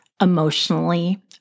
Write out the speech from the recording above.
emotionally